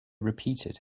repeated